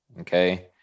Okay